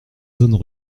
zones